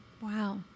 Wow